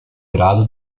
grado